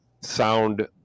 sound